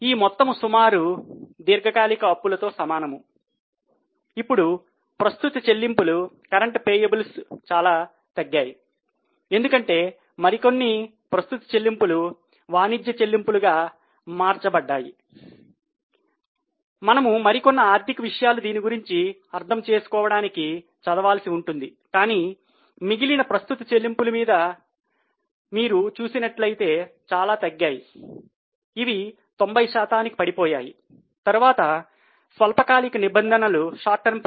ఈ మొత్తము సుమారుగా దీర్ఘకాలిక అప్పుల తో సమానం